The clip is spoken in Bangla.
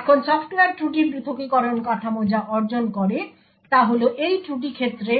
এখন সফ্টওয়্যার ত্রুটি পৃথকীকরণ কাঠামো যা অর্জন করে তা হল এই ত্রুটি ক্ষেত্রে